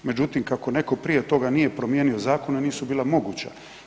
Međutim kako netko prije toga nije promijenio zakon nisu bila moguća.